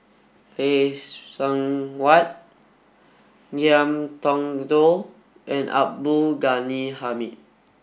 Phay Seng Whatt Ngiam Tong Dow and Abdul Ghani Hamid